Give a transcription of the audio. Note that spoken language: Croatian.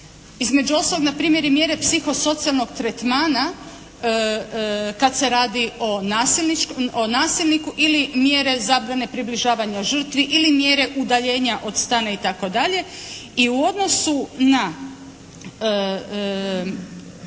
Između ostalog npr. i mjere psihosocijalnog tretmana kad se radi o nasilniku ili mjere zabrane približavanja žrtvi ili mjere udaljenja od stana itd. I u odnosu na